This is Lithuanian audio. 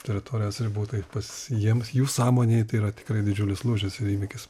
teritorijos ribų tai tas jiems jų sąmonėj tai yra tikrai yra didžiulis lūžis ir įvykis